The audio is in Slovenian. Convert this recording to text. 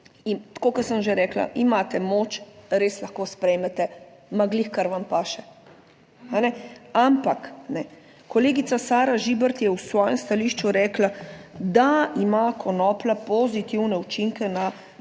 in tako kot sem že rekla, imate moč, res lahko sprejmete glih kar vam paše. Ampak kolegica Sara Žibert je v svojem stališču rekla, da ima konoplja pozitivne učinke na